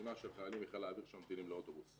התמונה של חיילים מחיל האויר שממתינים לאוטובוס.